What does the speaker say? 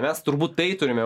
mes turbūt tai turime